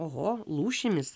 oho lūšimis